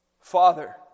Father